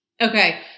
Okay